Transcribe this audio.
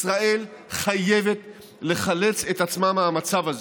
ישראל חייבת לחלץ את עצמה מהמצב הזה,